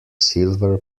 silver